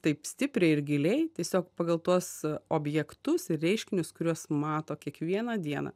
taip stipriai ir giliai tiesiog pagal tuos objektus ir reiškinius kuriuos mato kiekvieną dieną